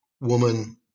woman